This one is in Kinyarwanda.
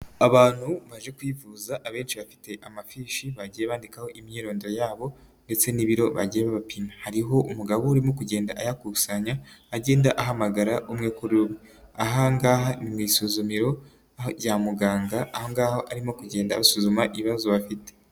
Abantu baje kwivuza abenshi bafite amafishi bagiye bandikaho imyirondoro yabo ndetse n'ibiro bagiye babapima, hariho umugabo urimo kugenda ayakusanya agenda ahamagara umwe kuri umwe, aha ngaha ni mu isuzumiro rya muganga, aho ngaho arimo kugenda abasuzuma ibibazo bafite.